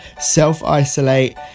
self-isolate